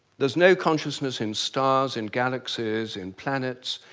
there's no consciousness in stars, in galaxies, in planets,